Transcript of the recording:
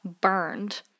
burned